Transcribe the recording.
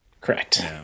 Correct